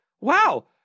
wow